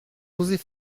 oser